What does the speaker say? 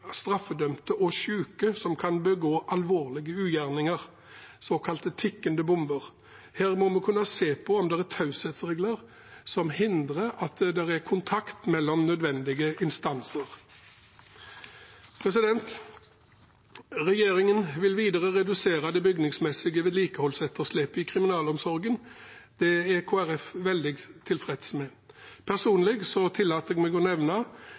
straffedømte og syke som kan begå alvorlige ugjerninger, såkalte tikkende bomber. Her må vi kunne se på om det er taushetsregler som hindrer at det er kontakt mellom nødvendige instanser. Regjeringen vil videre redusere det bygningsmessige vedlikeholdsetterslepet i kriminalomsorgen. Det er Kristelig Folkeparti veldig tilfreds med. Personlig tillater jeg meg å nevne